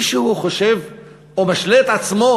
מישהו חושב או משלה את עצמו